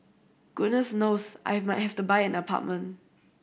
goodness knows I might have to buy an apartment